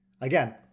Again